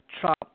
Trump